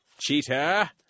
Cheetah